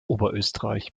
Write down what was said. oberösterreich